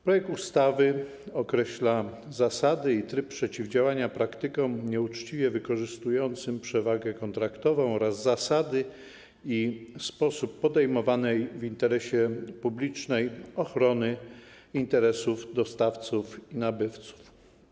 Projekt ustawy określa zasady i tryb przeciwdziałania praktykom nieuczciwie wykorzystującym przewagę kontraktową oraz zasady i sposób podejmowanej w interesie publicznej ochrony interesów dostawców i nabywców.